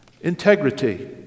Integrity